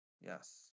Yes